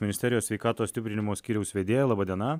ministerijos sveikatos stiprinimo skyriaus vedėja laba diena